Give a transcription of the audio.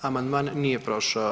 Amandman nije prošao.